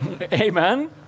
Amen